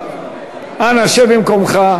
אנא שב במקומך.